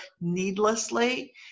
needlessly